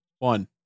One